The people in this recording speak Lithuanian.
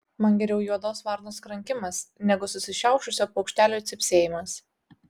man geriau juodos varnos krankimas negu susišiaušusio paukštelio cypsėjimas